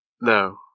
No